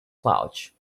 pouch